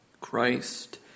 Christ